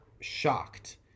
shocked